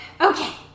Okay